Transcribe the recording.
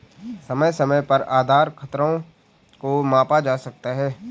समय समय पर आधार खतरों को मापा जा सकता है